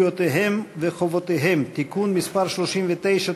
זכויותיהם וחובותיהם (תיקון מס' 39),